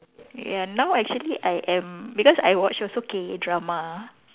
ya now actually I am because I watch also K drama